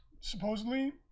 supposedly